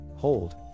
hold